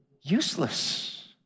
useless